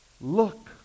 look